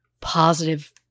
positive